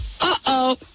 uh-oh